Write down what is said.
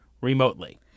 remotely